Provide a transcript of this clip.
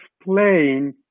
explain